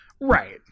right